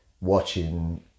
watching